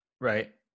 Right